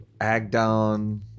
Agdon